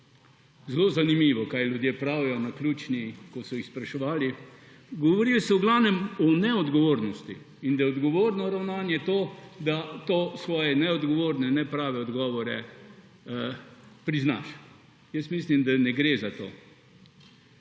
Zelo zanimivo, kaj ljudje pravijo, naključni, ko so jih spraševali. Govorili so v glavnem o neodgovornosti, in da je odgovorno ravnanje to, da to svoje neodgovorne, neprave odgovore priznaš. Jaz mislim, da ne gre za to.